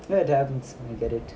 that happens I get it